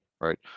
Right